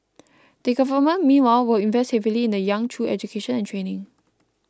the Government meanwhile will invest heavily in the young through education and training